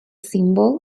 symbol